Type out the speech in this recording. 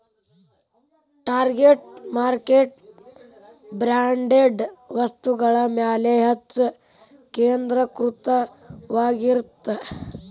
target market branded ವಸ್ತುಗಳ ಮ್ಯಾಲೆ ಹೆಚ್ಚ್ ಕೇಂದ್ರೇಕೃತವಾಗಿರತ್ತ